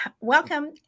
Welcome